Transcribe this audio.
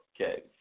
okay